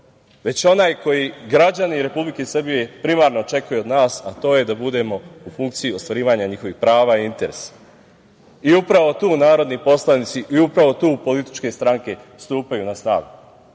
već onaj koji građani Republike Srbije primarno čekaju od nas, a to je da budemo u funkciji ostvarivanja njihovih prava i interesa. Upravo tu narodni poslanici i upravu tu političke stranke stupaju na snagu.